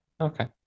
Okay